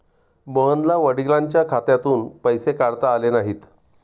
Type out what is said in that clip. मोहनला वडिलांच्या खात्यातून पैसे काढता आले नाहीत